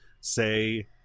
say